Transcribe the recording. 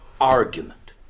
argument